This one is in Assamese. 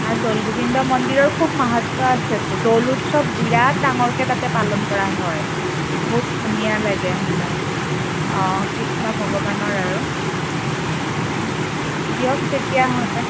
আৰু দৌল গোবিন্দ মন্দিৰৰ খুব মহত্ব আছেতো দৌল উৎসৱ বিৰাট ডাঙৰকৈ তাতে পালন কৰা হয় বহুত ধুনীয়া লাগে হয় অঁ কৃষ্ণ ভগৱানৰ আৰু সেনেকৈ দিয়ক তেতিয়াহ'লে